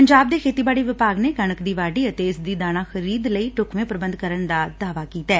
ਪੰਜਾਬ ਦੇ ਖੇਡੀਬਾਡੀ ਵਿਭਾਗ ਨੇ ਕਣਕ ਦੀ ਵਾਢੀ ਅਰੇ ਇਸ ਦੀ ਦਾਣਾ ਖਰੀਦ ਲਈ ਢੁਕਵੇਂ ਪ੍ਰਬੰਧ ਕਰਨ ਦਾ ਦਾਅਵਾ ਕੀਤਾ ਹੈ